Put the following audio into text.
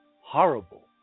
horrible